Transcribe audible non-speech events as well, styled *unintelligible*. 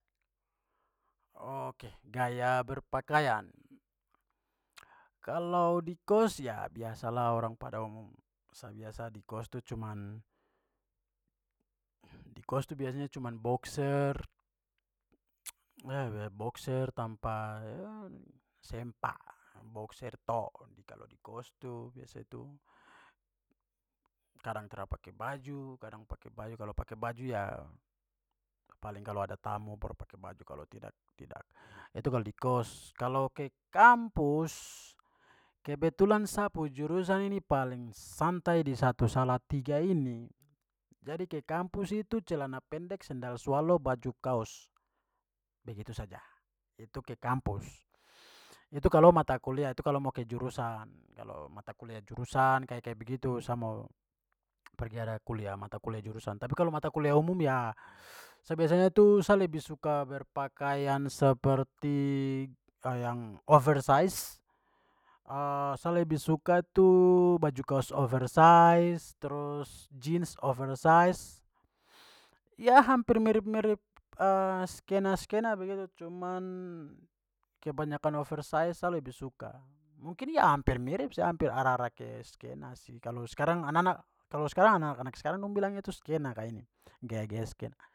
Ok, gaya berpakaian. *noise* Kalo di kost ya biasa lah orang pada umum. Sa biasa di kost tu cuman *noise* di kost tu biasanya cuman boxer *noise* *unintelligible* boxer tampa ya sempak, boxer tok. Kalo di kost tu biasa tu kadang tra pake baju kadang pake baju. Kalo pake baju ya paling kalau ada tamu baru pake baju, kalau tidak, tidak. Itu kalau di kost. Kalau ke kampus, kebetulan sa pu jurusan ini paling santai di satu salatiga ini. Jadi ke kampus itu celana pendek sendal swallow baju kaos, begitu saja. Itu ke kampus. *noise* Itu kalau mata kuliah, itu kalau mau ke jurusan kalau mata kuliah jurusan kayak-kayak begitu sa mau pergi ada kuliah mata kuliah jurusan. Tapi kalau mata kuliah umum ya *noise* sa biasanya tu sa lebih suka berpakaian seperti yang oversized. Sa lebih suka tu baju kaos oversized, trus jeans oversized, *noise* ya hampir mirip-mirip *hesitation* skena-skena begitu. Cuman kebanyakan oversized sa lebih suka. Mungkin ya hampir mirip. Sa hampir ara-ara ke skena sih. Kalo sekarang anana- kalau sekarang anak-anak sekarang dong bilang itu skena ka ini, gaya-gaya skena.